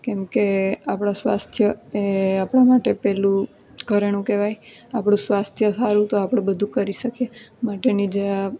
કેમકે આપણાં સ્વાસ્થ્ય એ આપણાં માટે પહેલું ઘરેણું કહેવાય આપણું સ્વાસ્થ્ય સારું તો આપણું બધું કરી શકીએ માટેની જે આ